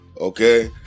okay